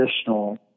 additional